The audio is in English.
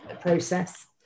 process